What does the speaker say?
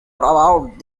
about